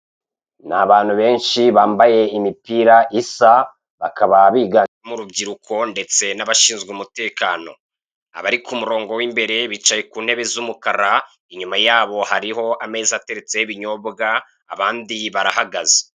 Ni abantu benshi bamabaye imipira isa, bakaba biganjemo urubyiruko ndetse n'abashinzwe umutekano, abari ku murongo w'imbere bicaye ku ntebe z'umukara, inyuma yabo hariho ameza ateretseho ibinyobwa abandi barahagaze.